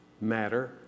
matter